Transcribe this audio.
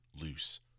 loose